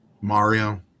Mario